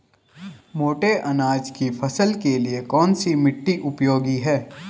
मोटे अनाज की फसल के लिए कौन सी मिट्टी उपयोगी है?